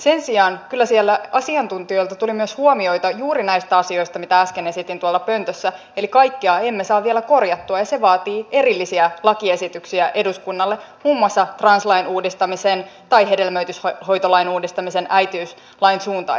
sen sijaan kyllä siellä asiantuntijoilta tuli huomioita myös juuri näistä asioista mitä äsken esitin tuolla pöntössä eli kaikkea emme saa vielä korjattua ja se vaatii erillisiä lakiesityksiä eduskunnalle muun muassa translain uudistamisen tai hedelmöityshoitolain uudistamisen äitiyslain suuntaiseksi